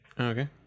Okay